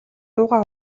дуугаа